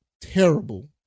terrible